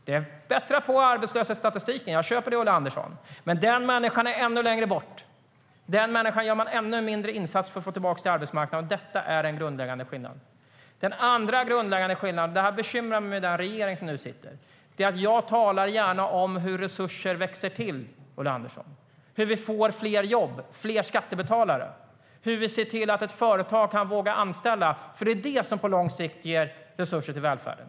Det bättrar på arbetslöshetsstatistiken; jag köper det, Ulla Andersson. Men den människan befinner sig ännu längre bort, och den människan gör man en ännu mindre insats för för att få tillbaka till arbetsmarknaden. Detta är en grundläggande skillnad. Den andra grundläggande skillnaden - och det bekymrar mig med nu sittande regering - är att jag gärna talar om hur resurser växer till, Ulla Andersson, hur vi får fler jobb och fler skattebetalare, hur vi kan se till att företag kan våga anställa. Det är vad som på lång sikt ger resurser till välfärden.